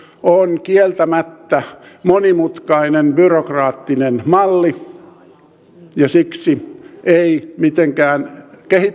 on kieltämättä monimutkainen byrokraattinen malli ja siksi ei mitenkään